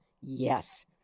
yes